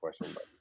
question